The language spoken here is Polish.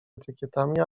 etykietami